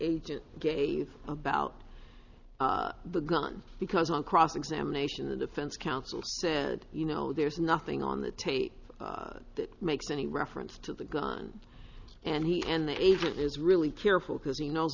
agent gave about the gun because on cross examination the defense counsel said you know there's nothing on the tape that makes any reference to the gun and he and the agent is really careful because he knows